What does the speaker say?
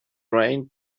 raining